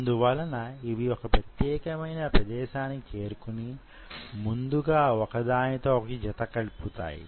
అందువలన ఇవి ఒక ప్రత్యేకమైన ప్రదేశానికి చేరుకుని ముందుగా ఒకదానితో ఒకటి జతకలుపుతాయి